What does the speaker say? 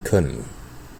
können